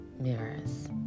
mirrors